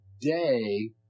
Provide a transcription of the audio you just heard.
day